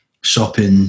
shopping